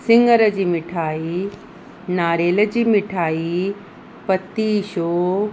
सिङर जी मिठाई नारेल जी मिठाई पतीशो